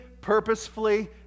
purposefully